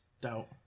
doubt